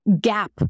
gap